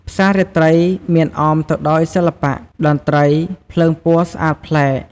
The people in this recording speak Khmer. ផ្សាររាត្រីមានអមទៅដោយសិល្បៈ តន្ត្រី ភ្លើងពណ៌ស្អាតប្លែក។